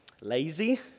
lazy